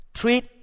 treat